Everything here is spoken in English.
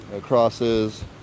Crosses